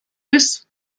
bis